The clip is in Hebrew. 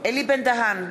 אלי בן-דהן,